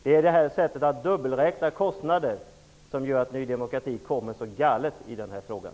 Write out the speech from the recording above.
Det är sättet att dubbelräkna kostnader som gör att Ny demokrati hamnar så galet i den här frågan.